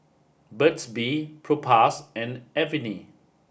burt's bee Propass and Avene